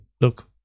look